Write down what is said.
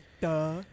Duh